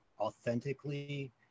authentically